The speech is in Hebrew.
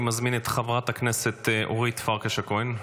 אני מזמין את חברת הכנסת אורית פרקש הכהן.